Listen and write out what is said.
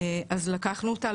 אז לקחנו אותה,